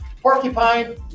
porcupine